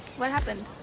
what happened?